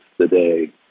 today